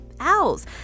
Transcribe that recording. owls